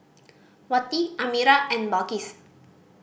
Wati Amirah and Balqis